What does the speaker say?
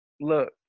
Look